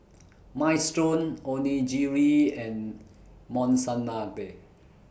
Minestrone Onigiri and Monsunabe